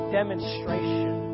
demonstration